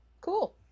cool